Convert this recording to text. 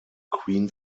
queen